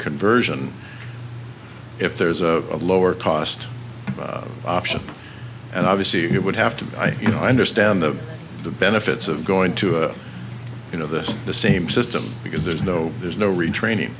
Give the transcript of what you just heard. conversion if there's a lower cost option and obviously it would have to by you know understand the benefits of going to a you know this the same system because there's no there's no retraining